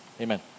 Amen